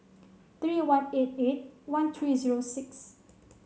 three one eight eight one three zero six